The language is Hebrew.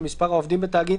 במספר העובדים בתאגיד,